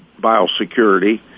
biosecurity